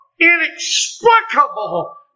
inexplicable